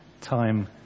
Time